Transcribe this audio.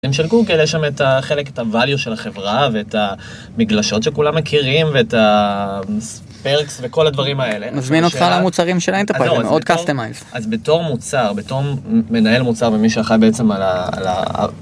הם של גוגל יש שם את החלק, את הvalue של החברה ואת המגלשות שכולם מכירים ואת ה... perks וכל הדברים האלה. מזמין אותך למוצרים של האנטרפרייז, זה מאוד קאסטומייז. אז בתור מוצר, בתור מנהל מוצר ומי שאחראי בעצם על ה...